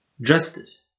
justice